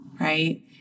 Right